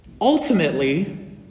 Ultimately